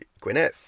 Gwyneth